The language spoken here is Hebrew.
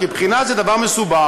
כי בחינה זה דבר מסובך.